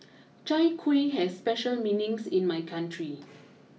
Chai Kueh has special meanings in my country